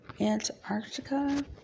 Antarctica